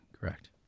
correct